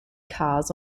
cars